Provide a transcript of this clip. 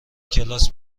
کلاس